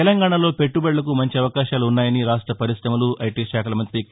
తెలంగాణలో పెట్టుబడులకు మంచి అవకాశాలున్నాయని రాష్ట పరిశమలు ఐటీ శాఖల మంతి కే